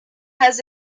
has